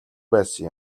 байсан